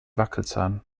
wackelzahn